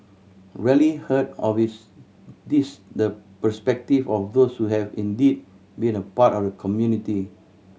rarely heard of is this the perspective of those who have indeed been a part of the community